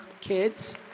kids